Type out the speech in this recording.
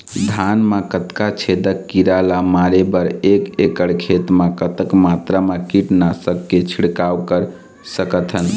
धान मा कतना छेदक कीरा ला मारे बर एक एकड़ खेत मा कतक मात्रा मा कीट नासक के छिड़काव कर सकथन?